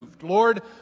Lord